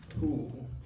Cool